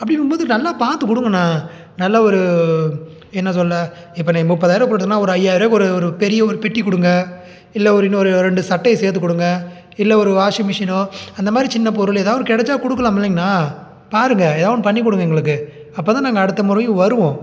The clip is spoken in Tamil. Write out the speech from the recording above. அப்படிங்கம் போது நல்லா பார்த்து கொடுங்கண்ண நல்லா ஒரு என்ன சொல்ல இப்போ நீங்கள் முப்பதாயிருபா போட்டுதுனா ஒரு ஐயாயிருபா ஒரு ஒரு பெரிய ஒரு பெட்டி கொடுங்க இல்லை ஒரு இன்னொரு ரெண்டு சட்டையை சேர்த்து கொடுங்க இல்லை ஒரு வாஷிங் மிஷினோ அந்த மாதிரி சின்ன பொருள் எதாது ஒன்று கிடைச்சா கொடுக்கலாம் இல்லைங்கண்ணா பாருங்க எதாது ஒன்று பண்ணிக்கொடுங்க எங்களுக்கு அப்போ தான் நாங்கள் அடுத்த முறையும் வருவோம்